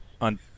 on